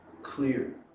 clear